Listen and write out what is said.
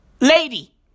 lady